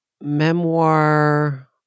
memoir